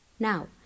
Now